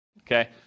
okay